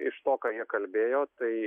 iš to ką jie kalbėjo tai